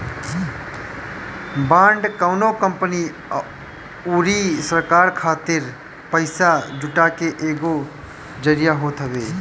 bond कवनो company अउरी सरकार खातिर पईसा जुटाए के एगो जरिया होत हवे